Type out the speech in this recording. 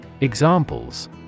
Examples